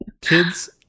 Kids